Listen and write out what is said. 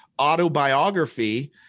autobiography